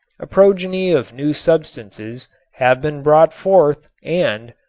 a progeny of new substances have been brought forth and,